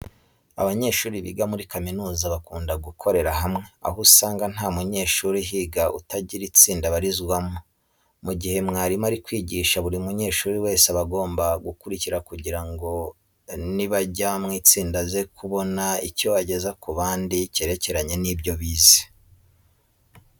Abanyeshuri biga muri kaminuza bakunda gukorera hamwe, aho usanga nta munyeshuri uhiga utagira itsinda abarizwamo. Mu gihe mwarimu ari kwigisha buri munyeshuri wese aba agomba gukurikira kugira ngo nibajya mu itsinda aze kubona icyo ageza ku bandi cyerekeranye n'ibyo bize.